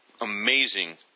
Amazing